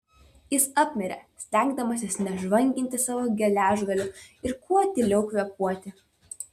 jis apmirė stengdamasis nežvanginti savo geležgalių ir kuo tyliau kvėpuoti